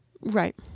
Right